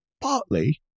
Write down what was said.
partly